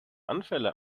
anfälle